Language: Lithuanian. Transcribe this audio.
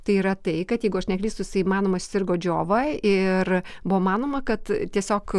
tai yra tai kad jeigu aš neklystų jisai manoma susirgo džiova ir buvo manoma kad tiesiog